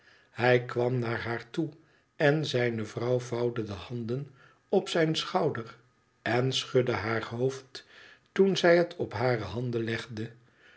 hij kwam naar haar toe en zijne vrouw vouwde de handen op zijn schouder en schudde haar hoofd toen zij het op hare handen legde